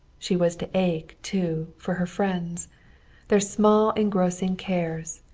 she was to ache, too, for her friends their small engrossing cares,